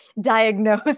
diagnose